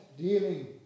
Dealing